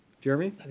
Jeremy